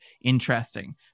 interesting